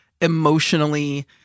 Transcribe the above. emotionally